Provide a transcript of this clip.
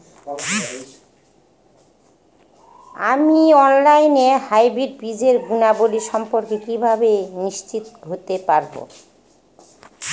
আমি অনলাইনে হাইব্রিড বীজের গুণাবলী সম্পর্কে কিভাবে নিশ্চিত হতে পারব?